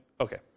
Okay